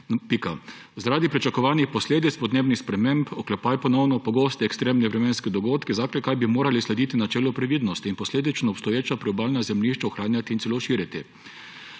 pojave. Zaradi pričakovanih posledic podnebnih sprememb (pogosti ekstremni vremenski dogodki) bi morali slediti načelu previdnosti in posledično obstoječa priobalna zemljišča ohranjati in celo širiti.